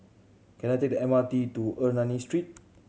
can I take the M R T to Ernani Street